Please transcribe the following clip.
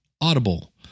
Audible